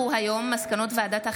מסקנות ועדת החינוך,